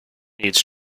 needs